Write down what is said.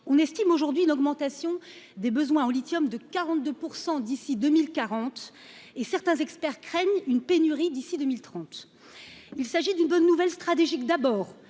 on estime aujourd'hui une augmentation des besoins au lithium de 42 pour 100 d'ici 2040 et certains experts craignent une pénurie d'ici 2030, il s'agit d'une bonne nouvelle, stratégique, d'abord